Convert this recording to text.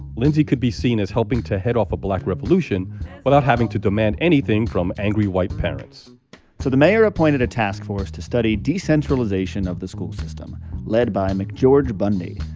lindsay could be seen as helping to head off a black revolution without having to demand anything from angry white parents so the mayor appointed a task force to study decentralization of the school system led by mcgeorge bundy,